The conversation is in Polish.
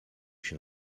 się